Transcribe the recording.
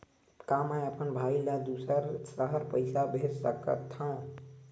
का मैं अपन भाई ल दुसर शहर पईसा भेज सकथव?